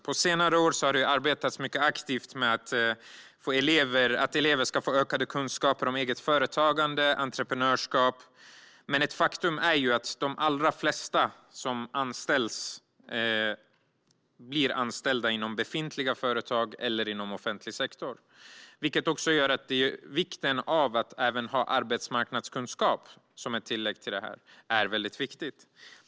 På senare år har det arbetats mycket aktivt för att elever ska få ökade kunskaper om eget företagande och entreprenörskap, men faktum är ju att de allra flesta blir anställda i befintliga företag eller inom offentlig sektor. Det är därför väldigt viktigt att även ha arbetsmarknadskunskap som ett tillägg till detta.